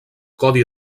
codi